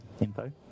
info